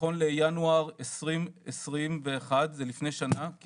נכון לינואר 2021 זה מלפני שנה כי